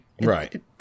Right